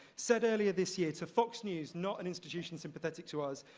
said earlier this year to fox news, not an institution sympathetic to us.